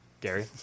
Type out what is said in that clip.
Gary